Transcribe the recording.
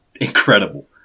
incredible